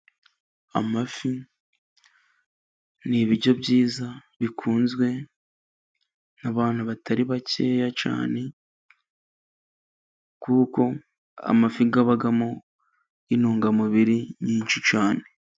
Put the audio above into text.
Amafi ni ibiryo byiza bikunzwe n'abantu batari bake cyane, kuko amafi abamo intunga mubiri nyinshi cyane.